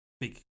big